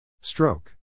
Stroke